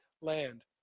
land